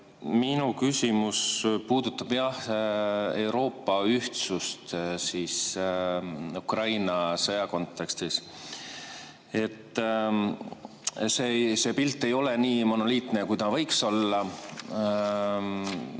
Minu küsimus puudutab Euroopa ühtsust Ukraina sõja kontekstis. See pilt ei ole nii monoliitne, kui võiks olla.